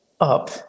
up